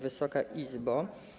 Wysoka Izbo!